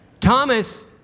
Thomas